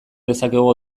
dezakegu